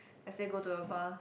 I say go to a bar